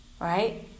right